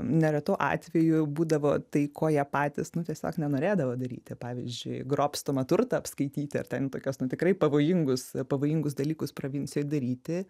neretu atveju būdavo tai ko jie patys nu tiesiog nenorėdavo daryti pavyzdžiui grobstomą turtą apskaityti ar ten tokius nu tikrai pavojingus pavojingus dalykus provincijoj daryti